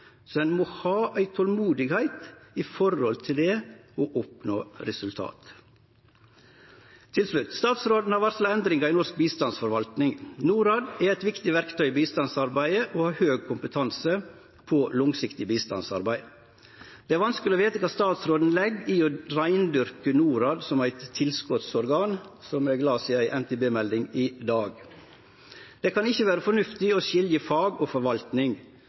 Ein må ha tolmod for å oppnå resultat. Til slutt: Statsråden har varsla endringar i norsk bistandsforvaltning. Norad er eit viktig verktøy i bistandsarbeidet og har høg kompetanse på langsiktig bistandsarbeid. Det er vanskeleg å vite kva statsråden legg i å reindyrke Norad som eit tilskotsorgan, som eg las i ei NTB-melding i dag. Det kan ikkje vere fornuftig å skilje fag og forvaltning.